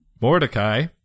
Mordecai